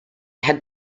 had